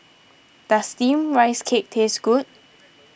does Steamed Rice Cake taste good